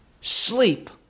sleep